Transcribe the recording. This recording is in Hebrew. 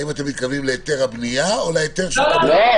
האם אתם מתכוונים להיתר הבנייה או להיתר --- לא,